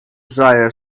dryer